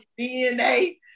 DNA